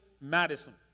Madison